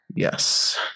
Yes